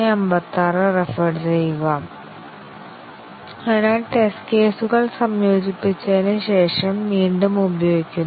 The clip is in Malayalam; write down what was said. അതിനാൽ ടെസ്റ്റ് കേസുകൾ സംയോജിപ്പിച്ചതിന് ശേഷം വീണ്ടും ഉപയോഗിക്കുന്നു